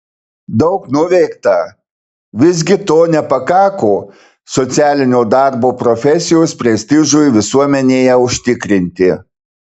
daug nuveikta visgi to nepakako socialinio darbo profesijos prestižui visuomenėje užtikrinti